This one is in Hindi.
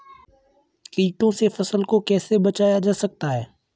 कीटों से फसल को कैसे बचाया जा सकता है?